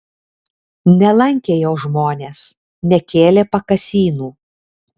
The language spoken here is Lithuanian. nelankė jo žmonės nekėlė pakasynų